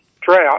drought